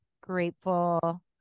grateful